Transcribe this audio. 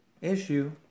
issue